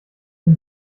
ihn